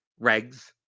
regs